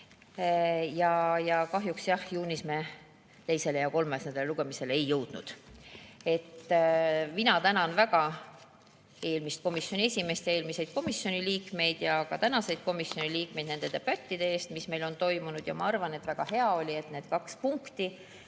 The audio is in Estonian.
Kahjuks jah, juunis me teisele ja kolmandale lugemisele ei jõudnud. Mina tänan väga eelmist komisjoni esimeest, eelmiseid komisjoni liikmeid ja ka tänaseid komisjoni liikmeid nende debattide eest, mis meil on toimunud. Ja ma arvan, et väga hea oli, et neid kaht punkti,